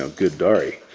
ah good dari,